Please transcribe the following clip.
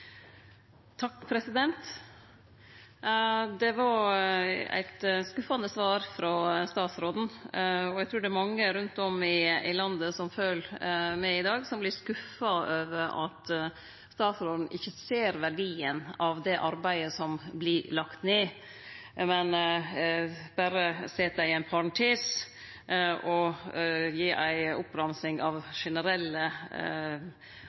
med i dag, og som vert skuffa over at statsråden ikkje ser verdien av det arbeidet som vert lagt ned, men berre set det i ein parentes og gir ei oppramsing